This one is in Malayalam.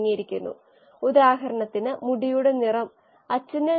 ടിഷ്യു എഞ്ചിനീയറിംഗിനായുള്ള ബയോ റിയാക്ടർ